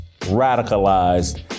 radicalized